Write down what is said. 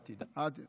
אל תדאג.